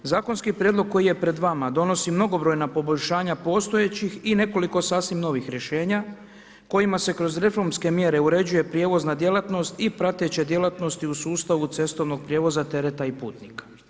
Zakonski prijedlog koji je pred vama donosi mnogobrojna poboljšanja postojećih i nekoliko sasvim novih rješenja kojima se kroz reformske mjere uređuje prijevozna djelatnosti i prateće djelatnosti u sustavu cestovnog prijevoza, tereta i putnika.